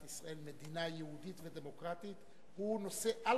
ישראל מדינה יהודית ודמוקרטית הוא נושא על-חוקתי,